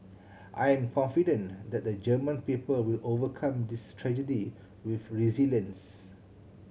I am confident that the German people will overcome this tragedy with resilience